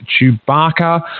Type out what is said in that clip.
Chewbacca